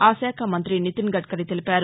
ఆ శాఖ మంత్రి నితిన్ గద్కరీ తెలిపారు